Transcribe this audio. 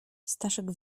staszek